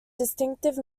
distinctive